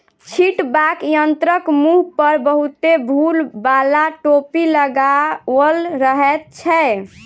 छिटबाक यंत्रक मुँह पर बहुते भूर बाला टोपी लगाओल रहैत छै